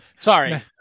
Sorry